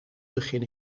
begin